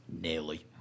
Nearly